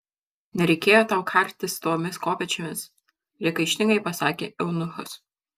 nereikėjo tau kartis tomis kopėčiomis priekaištingai pasakė eunuchas